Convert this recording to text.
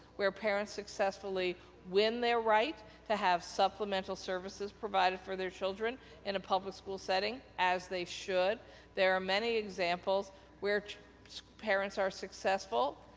where parents successfully win their rights, to have supplemental services provided for their children in a public school setting as they should. and there are many examples where parents are successful,